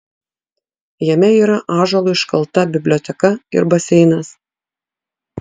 jame yra ąžuolu iškalta biblioteka ir baseinas